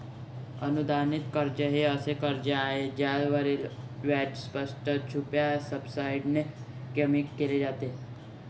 अनुदानित कर्ज हे असे कर्ज आहे ज्यावरील व्याज स्पष्ट, छुप्या सबसिडीने कमी केले जाते